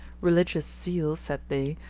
religious zeal, said they,